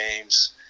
games